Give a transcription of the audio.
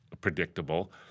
predictable